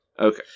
Okay